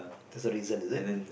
there's a reason is it